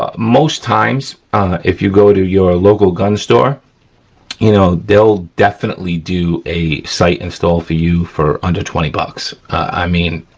ah most times if you go to your local gun store you know, they'll definitely do a sight install for you for under twenty bucks. i mean,